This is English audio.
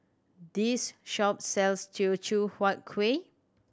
this shop sells Teochew Huat Kuih